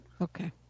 Okay